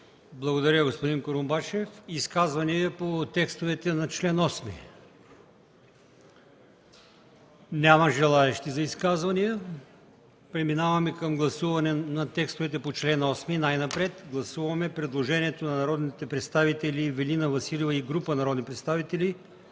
Благодаря, господин Курумбашев. Изказвания по текстовете на чл. 8? Няма желаещи за изказвания. Преминаваме към гласуване на текстовете по чл. 8. Най-напред гласуваме предложението на народния представител Ивелина Василева и група народни представители,